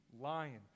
lying